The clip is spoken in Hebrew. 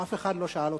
אף אחד לא שאל אותך.